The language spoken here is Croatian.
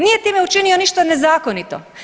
Nije time učinio ništa nezakonito.